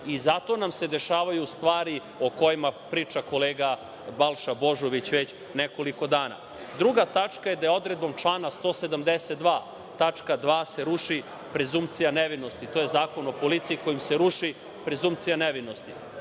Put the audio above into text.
I zato nam se dešavaju stvari o kojima priča kolega Balša Božović već nekoliko dana. Druga tačka da je odredbom člana 172. tačka 2) se ruši prezumpcija nevinosti, to Zakon o policiji kojim se ruši prezumpcija nevinosti.